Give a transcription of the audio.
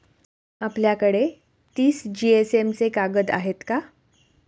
आपल्याकडे तीस जीएसएम चे कागद आहेत का?